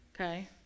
Okay